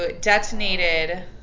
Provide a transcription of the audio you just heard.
detonated